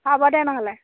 হ'ব দে নহ'লে